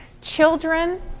Children